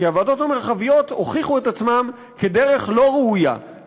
כי הוועדות המרחביות הוכיחו את עצמן כדרך לא ראויה,